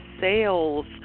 sales